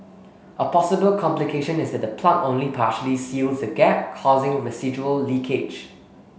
a possible complication is that the plug only partially seals the gap causing residual leakage